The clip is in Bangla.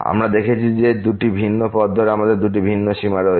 আমরা দেখেছি যে দুটি ভিন্ন পথ ধরে আমাদের দুটি ভিন্ন সীমা রয়েছে